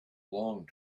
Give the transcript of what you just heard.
long